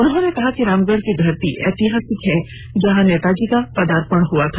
उन्होंने कहा कि रामगढ़ की धरती ऐतिहासिक है जहां नेताजी का पदार्पण हुआ था